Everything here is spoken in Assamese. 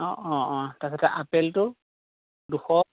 অঁ অঁ অঁ তাৰ পিছতে আপেলটো দুশ